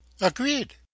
Agreed